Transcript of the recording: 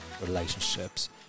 relationships